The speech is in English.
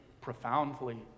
profoundly